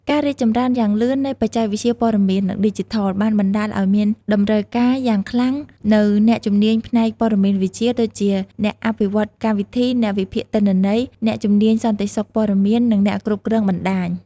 ការរីកចម្រើនយ៉ាងលឿននៃបច្ចេកវិទ្យាព័ត៌មាន និងឌីជីថល បានបណ្តាលឱ្យមានតម្រូវការយ៉ាងខ្លាំងនូវអ្នកជំនាញផ្នែក ព័ត៍មានវិទ្យា ដូចជា អ្នកអភិវឌ្ឍន៍កម្មវិធី អ្នកវិភាគទិន្នន័យ អ្នកជំនាញសន្តិសុខព័ត៌មាន និងអ្នកគ្រប់គ្រងបណ្ដាញ។